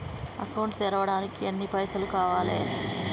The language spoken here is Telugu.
అకౌంట్ తెరవడానికి ఎన్ని పైసల్ కావాలే?